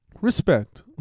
Respect